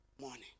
morning